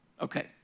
Okay